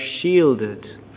shielded